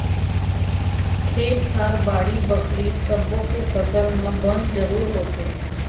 खेत खार, बाड़ी बखरी सब्बो के फसल म बन जरूर होथे